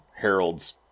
Harold's